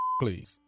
please